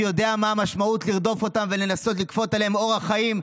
שיודע מה המשמעות של לרדוף אותם ולנסות לכפות עליהם אורח חיים,